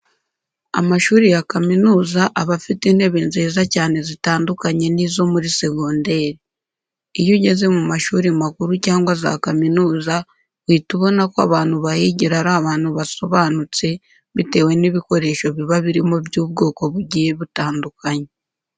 Amashuri ya kaminuza aba afite intebe nziza cyane zitandukanye n'izo muri segonderi. Iyo ugeze mu mashuri makuru cyangwa za kaminuza uhita ubona ko abantu bahigira ari abantu basobanutse bitewe n'ibikoresho biba birimo by'ubwoko bugiye butandukanye.